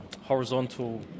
horizontal